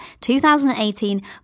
2018